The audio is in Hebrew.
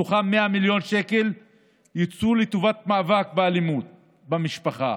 ומתוכם 100 מיליון שקל הוקצו לטובת מאבק באלימות במשפחה